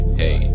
hey